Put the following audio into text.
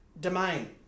domain